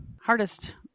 hardest